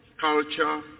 culture